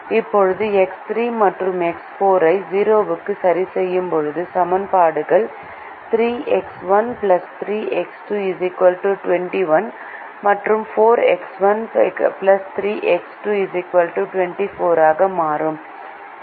இப்போது நாம் X3 மற்றும் X4 ஐ 0 க்கு சரிசெய்யும்போது சமன்பாடுகள் 3X1 3X2 21 மற்றும் 4X1 3X2 24 ஆக மாறும்